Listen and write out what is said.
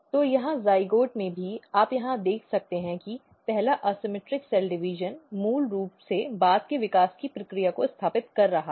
तो यहां जाइगोट में भी आप यहां देख सकते हैं कि पहला असममित कोशिका विभाजन मूल रूप से बाद के विकास की प्रक्रिया को स्थापित कर रहा है